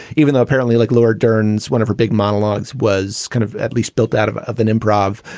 even apparently like laura dern is one of her big monologues, was kind of at least built out of of an improv.